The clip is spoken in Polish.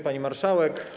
Pani Marszałek!